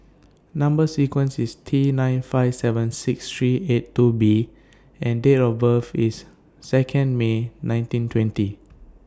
Number sequence IS T nine five seven six three eight two B and Date of birth IS Second May nineteen twenty